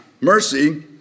mercy